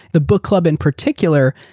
the book club, in particular,